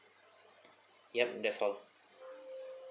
yup that's all